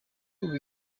ubu